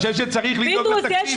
ואני חושב שצריך לדאוג לתקציב,